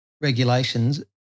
regulations